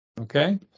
Okay